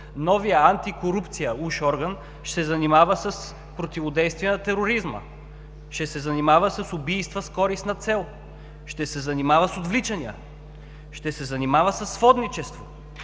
новият „Антикорупция“ – уж-орган, се занимава с противодействие на тероризма. Ще се занимава с убийства с користна цел; ще се занимава с отвличания; ще се занимава със сводничество